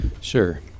Sure